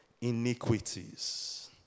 iniquities